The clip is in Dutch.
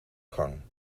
gang